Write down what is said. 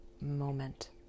moment